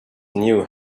knew